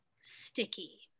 sticky